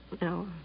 No